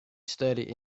studied